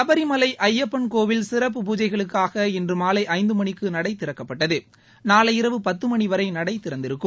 சபரிமலை ஐயப்பன் கோவில் சிறப்பு பூஜைகளுக்காக இன்று மாலை ஐந்து மணிக்கு நடை நாளை இரவு பத்து மணி வரை நடை திறந்திருக்கும்